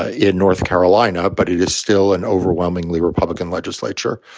ah in north carolina. but it is still an overwhelmingly republican legislature.